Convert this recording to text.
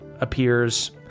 appears